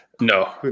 No